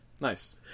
Nice